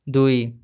ଦୁଇ